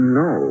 no